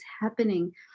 happening